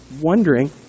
wondering